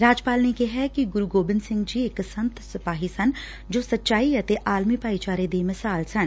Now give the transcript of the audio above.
ਰਾਜਪਾਲ ਨੇ ਕਿਹੈ ਕਿ ਗੁਰੁ ਗੋਬਿੰਦ ਸਿੰਘ ਜੀ ਇਕ ਸੰਤ ਸਿਪਾਹੀ ਸਨ ਜੋ ਸਚਾਈ ਅਤੇ ਆਲਮੀ ਭਾਈਚਾਰੇ ਦੀ ਮਿਸਾਲ ਸਨ